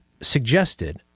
suggested